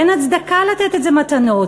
אין הצדקה לתת את זה מתנות.